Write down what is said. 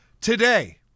Today